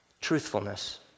Truthfulness